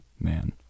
Man